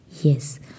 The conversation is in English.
Yes